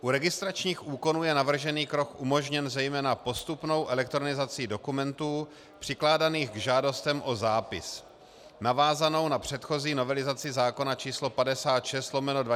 U registračních úkonů je navržený krok umožněn zejména postupnou elektronizací dokumentů přikládaných k žádostem o zápis, navázanou na předchozí novelizaci zákona č. 56/2001 Sb.